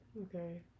Okay